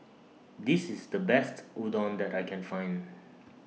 This IS The Best Udon that I Can Find